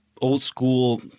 old-school